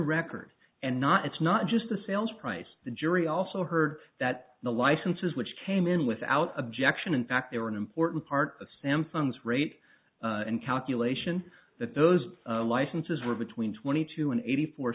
record and not it's not just a sales price the jury also heard that the licenses which came in without objection in fact they were an important part of samsung's rate and calculation that those licenses were between twenty two and eighty four